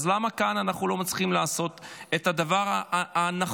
אז למה כאן אנחנו לא מצליחים לעשות את הדבר הנחוש